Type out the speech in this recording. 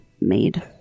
made